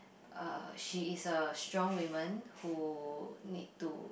uh she is a strong woman who need to